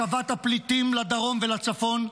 השבת הפליטים לדרום ולצפון,